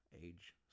Age